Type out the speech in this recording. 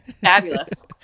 fabulous